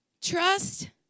Trust